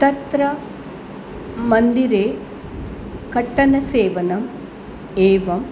तत्र मन्दिरे कट्टनसेवनम् एवं